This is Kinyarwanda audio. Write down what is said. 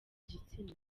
gitsina